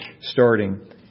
starting